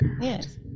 Yes